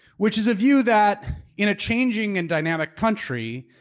which is a view that in a changing and dynamic country,